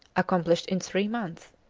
accomplished in three months,